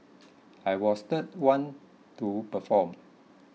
I was the one to perform